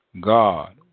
God